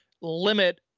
limit